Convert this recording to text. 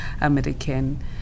American